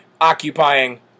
occupying